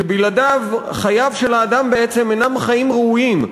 שבלעדיו חייו של האדם בעצם אינם חיים ראויים,